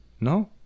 No